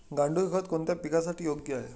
गांडूळ खत कोणत्या पिकासाठी योग्य आहे?